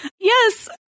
yes